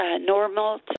normal